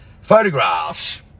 photographs